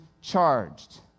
charged